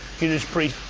judas priest,